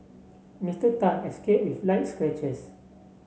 Mister Tan escaped with light scratches